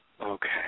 Okay